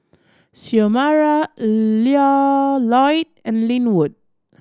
Xiomara Loyd and Linwood